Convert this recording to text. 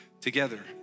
together